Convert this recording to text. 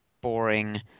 boring